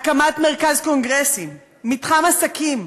הקמת מרכז קונגרסים, מתחם עסקים.